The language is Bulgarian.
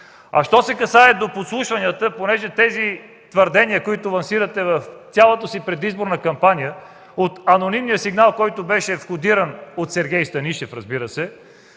Що се касае до подслушванията – твърденията, които лансирахте в цялата си предизборна кампания – от анонимния сигнал, който беше входиран от Сергей Станишев, разбира се,